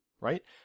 right